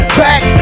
back